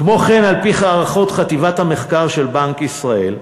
כמו כן, על-פי הערכות חטיבת המחקר של בנק ישראל,